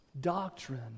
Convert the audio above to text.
doctrine